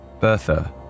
Bertha